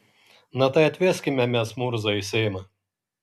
na tai atveskime mes murzą į seimą